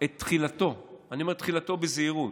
את תחילתה, אני אומר "תחילתה" בזהירות,